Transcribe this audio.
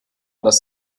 das